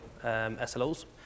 SLOs